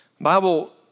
Bible